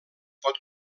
pot